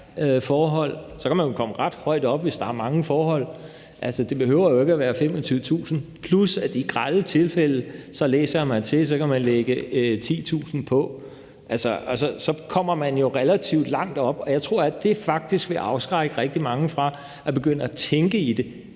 Så kan man jo komme ret højt op, hvis der er mange forhold. Det behøver jo ikke at være 25.000 kr., og jeg læser mig til, at i grelle tilfælde kan man lægge 10.000 kr. ovenpå. Så kommer man jo relativt langt op, og jeg tror, at det faktisk vil afskrække rigtig mange fra at begynde at tænke i de